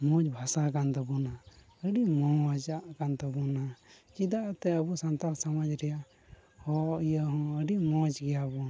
ᱢᱚᱡᱽ ᱵᱷᱟᱥᱟ ᱠᱟᱱ ᱛᱟᱵᱳᱱᱟ ᱟᱹᱰᱤ ᱢᱚᱡᱽ ᱟᱜ ᱠᱟᱱ ᱛᱟᱵᱳᱱᱟ ᱪᱮᱫᱟᱜ ᱮᱱᱛᱮᱜ ᱟᱵᱚ ᱥᱟᱱᱛᱟᱲ ᱥᱚᱢᱟᱡᱽ ᱨᱮᱭᱟᱜ ᱦᱚᱲ ᱤᱭᱟ ᱦᱚᱸ ᱟᱹᱰᱤ ᱢᱚᱡᱽ ᱜᱮᱭᱟ ᱵᱚᱱ